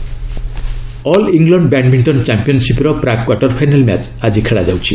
badminton all England badminton ଚାମ୍ପିୟନ୍ସିପ୍ର ପ୍ରାକ୍ quarterfinal match ଆଜି ଖେଳାଯାଉଛି